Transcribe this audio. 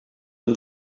him